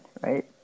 right